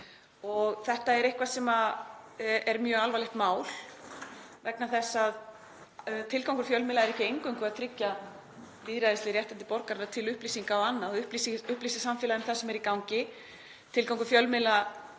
lögreglu. Þetta er mjög alvarlegt mál vegna þess að tilgangur fjölmiðla er ekki eingöngu að tryggja lýðræðisleg réttindi borgaranna til upplýsinga og annað og upplýsa samfélagið um það sem er í gangi. Tilgangur fjölmiðla